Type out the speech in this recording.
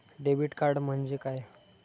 Debit card म्हणजे काय?